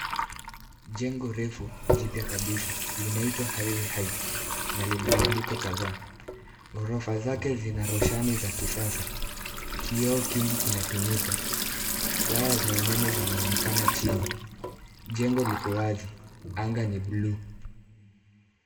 Jengo refu jipya kabisa linaitwa Highway heights na lina maduka kadhaa. Ghorofa zake zina roshani za kisasa, kioo kingi kinatumika, wire za umeme zinaonekana chini, jengo liko wazi , anga ni ya buluu.